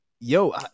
yo